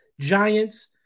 Giants